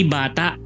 bata